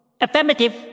Affirmative